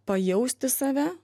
pajausti save